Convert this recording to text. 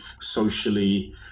socially